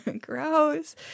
Gross